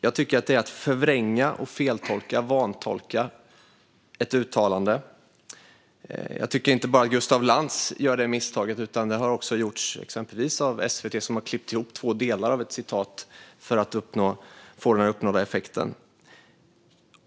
Jag tycker att det är att förvränga och vantolka uttalandet. Det är inte bara Gustaf Lantz som gör det misstaget, utan det har också gjorts exempelvis av SVT, som har klippt ihop två delar av ett citat för att uppnå denna effekt.